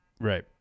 Right